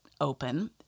open